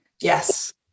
Yes